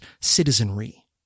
citizenry